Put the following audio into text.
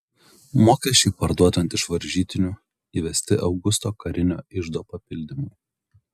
mokesčiai parduodant iš varžytinių įvesti augusto karinio iždo papildymui